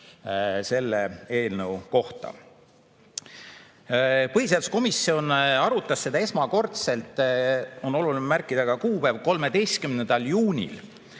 selle eelnõu kohta. Põhiseaduskomisjon arutas seda esmakordselt – oluline on märkida ka kuupäev – 13. juunil